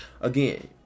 Again